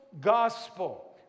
gospel